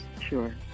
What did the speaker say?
Sure